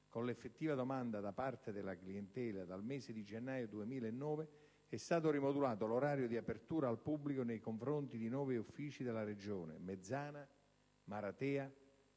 con l'effettiva domanda da parte della clientela, dal mese di gennaio 2009 è stato rimodulato l'orario di apertura al pubblico nei confronti di nove uffici della Regione (Mezzana, Maratea,